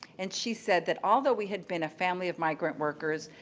and she said that although we had been a family of migrant workers,